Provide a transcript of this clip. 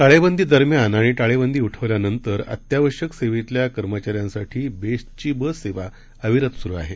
टाळेबंदी दरम्यान आणि टाळेबंदी उठवल्या नंतर अत्यावश्यक सेवेतल्या कर्मचाऱ्यांसाठी बेस्टची बससेवा अविरत सुरु आहे